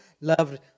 loved